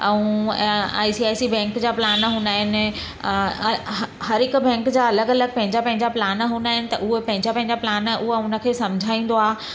ऐं अ I C I C bank जा प्लान हूंदा आहिनि हर हिक बैंक जा अलॻि अलॻि पंहिंजा पंहिंजा प्लान हूंदा आहिनि त उहे पंहिंजा पंहिंजा प्लान उहा उनखे सम्झाईंदो आहे